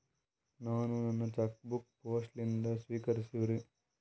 ನಾನು ನನ್ನ cheque book post ಲಿಂದ ಸ್ವೀಕರಿಸಿವ್ರಿ